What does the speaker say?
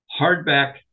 hardback